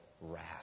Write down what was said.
wrath